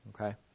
Okay